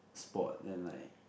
sport then like